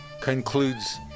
concludes